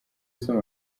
usoma